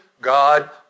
God